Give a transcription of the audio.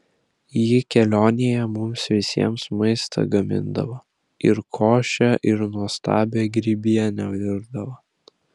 ji kelionėje mums visiems maistą gamindavo ir košę ir nuostabią grybienę virdavo